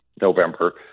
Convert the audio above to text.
November